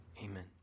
Amen